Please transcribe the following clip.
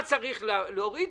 מה צריך להוריד.